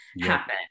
happen